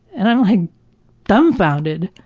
and, i'm like dumbfounded.